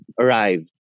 Arrived